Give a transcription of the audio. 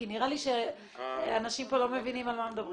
כי נראה לי שאנשים פה לא מבינים על מה מדברים.